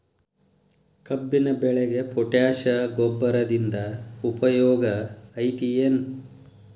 ಕಬ್ಬಿನ ಬೆಳೆಗೆ ಪೋಟ್ಯಾಶ ಗೊಬ್ಬರದಿಂದ ಉಪಯೋಗ ಐತಿ ಏನ್?